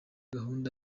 gahunda